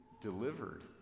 delivered